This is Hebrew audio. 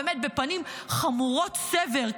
באמת בפנים חמורות סבר,